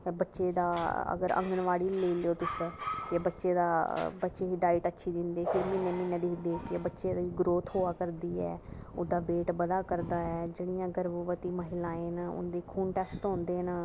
अगर बच्चे गी आंगनबाड़ी नेईं लैआ दे तुस जेह्ड़ा बच्चें गी म्हीनै म्हीनै दिक्खदे की बच्चें दी ग्रोथ होआ करदी ऐ उंदा वेट बधा करदा ऐ जियां गर्भवति महिलायें न दिक्खो उंदा होना